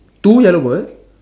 two yellow bird